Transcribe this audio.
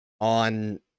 on